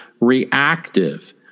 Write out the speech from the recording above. reactive